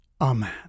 Amen